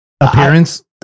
Appearance